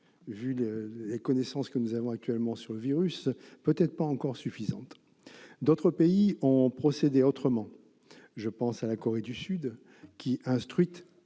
vu la connaissance que nous avons actuellement du virus, peut-être encore insuffisantes. D'autres pays ont procédé autrement. Je pense à la Corée du Sud, qui, instruite